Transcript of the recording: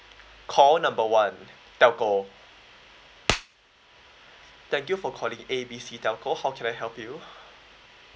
call number one telco thank you for calling A B C telco how can I help you